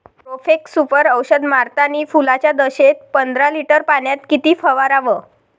Profex Super औषध मारतानी फुलाच्या दशेत पंदरा लिटर पाण्यात किती फवाराव?